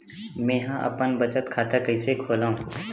मेंहा अपन बचत खाता कइसे खोलव?